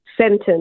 Sentence